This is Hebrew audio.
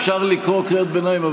אפשר לקרוא קריאת ביניים,